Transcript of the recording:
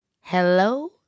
Hello